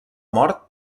mort